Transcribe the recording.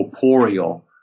corporeal